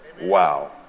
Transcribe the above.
Wow